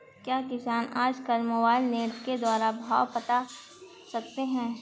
क्या किसान आज कल मोबाइल नेट के द्वारा भाव पता कर सकते हैं?